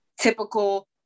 typical